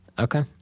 Okay